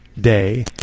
day